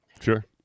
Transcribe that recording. sure